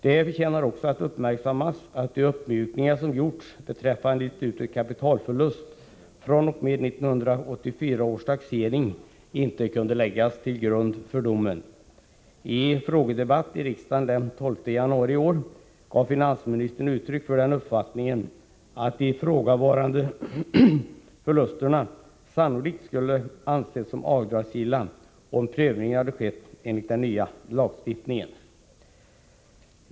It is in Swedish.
Det förtjänar också att uppmärksammas att de uppmjukningar som gjorts beträffande institutet kapitalförlust fr.o.m. 1984 års taxering inte kunde läggas till grund för domen. I en frågedebatt i riksdagen den 12 januari i år gav finansministern uttryck för uppfattningen att de ifrågavarande förlusterna sannolikt skulle ansetts som avdragsgilla om prövningen hade skett enligt den nya lagstiftningen.